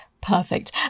Perfect